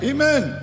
Amen